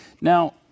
Now